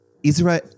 Israel